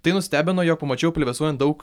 tai nustebino jog pamačiau plevėsuojant daug